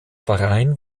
verein